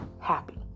happy